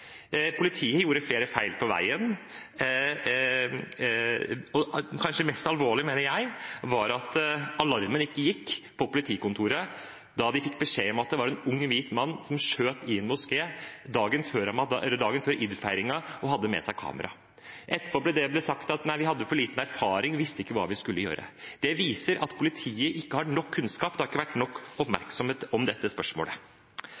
Politiet gjorde flere feil på veien, og kanskje mest alvorlig, mener jeg, var det at alarmen ikke gikk på politikontoret da de fikk beskjed om at det var en ung hvit mann som skjøt i en moské dagen før id-feiringen og hadde med seg kamera. Etterpå ble det sagt at de hadde for lite erfaring og ikke visste hva de skulle gjøre. Det viser at politiet ikke har nok kunnskap. Det har ikke vært nok oppmerksomhet rundt dette spørsmålet.